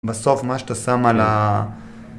בסוף מה שאתה שם על ה...